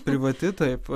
privati taip